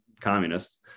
communists